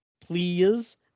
please